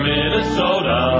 Minnesota